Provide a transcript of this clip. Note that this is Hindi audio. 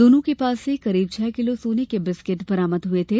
दोनों के पास से करीब छह किलो सोने के बिस्किट बरामद हुए थे